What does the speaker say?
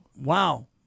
Wow